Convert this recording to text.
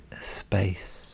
space